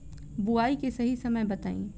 बुआई के सही समय बताई?